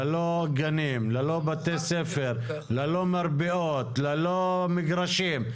ללא גנים, ללא בתי ספר, ללא מרפאות, ללא מגרשים?